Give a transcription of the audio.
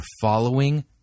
following